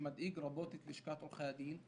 שמדאיג רבות את לשכת עורכי הדין,